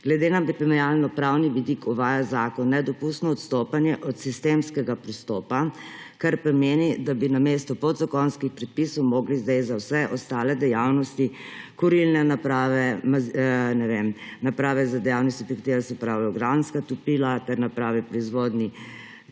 Glede na primerjalnopravni vidik uvaja zakon nedopustno odstopanje od sistemskega pristopa, kar pomeni, da bi namesto podzakonskih predpisov morali zdaj za vse ostale dejavnosti, kurilne naprave, naprave za dejavnosti, pri katerih se uporabljajo organska topila ter naprave v proizvodnji